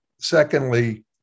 Secondly